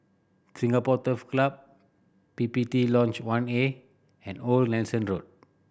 Singapore Turf Club P P T Lodge One A and Old Nelson Road